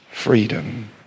freedom